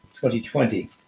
2020